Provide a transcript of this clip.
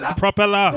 propeller